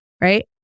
Right